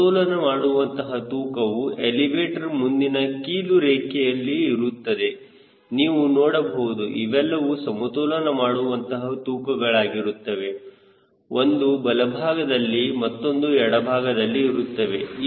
ಸಮತೋಲನ ಮಾಡುವಂತಹ ತೂಕವು ಎಲಿವೇಟರ್ ಮುಂದಿನ ಕೀಲು ರೇಖೆಯಲ್ಲಿ ಇರುತ್ತದೆ ನೀವು ನೋಡಬಹುದು ಇವೆಲ್ಲವೂ ಸಮತೋಲನ ಮಾಡುವಂತಹ ತೂಕಗಳಾಗಿ ಇರುತ್ತವೆ ಒಂದು ಬಲಭಾಗದಲ್ಲಿ ಮತ್ತೊಂದು ಎಡ ಭಾಗದಲ್ಲಿ ಇರುತ್ತದೆ